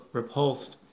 repulsed